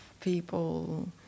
people